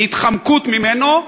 והתחמקות ממנו,